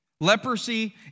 Leprosy